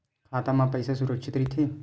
खाता मा पईसा सुरक्षित राइथे?